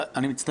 אני לא הבנתי.